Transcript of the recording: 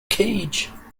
cage